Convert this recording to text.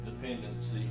dependency